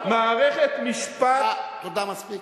מערכת משפט, תודה, מספיק.